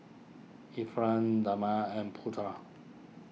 Irfan Damia and Putra